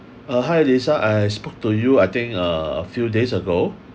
uh hi lisa I spoke to you I think uh a few days ago